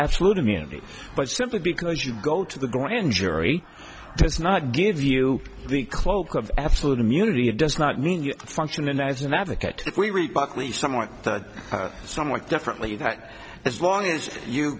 absolute immunity but simply because you go to the grand jury does not give you the cloak of absolute immunity it does not mean you function as an advocate if we read buckley someone somewhat differently that as long as you